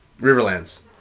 Riverlands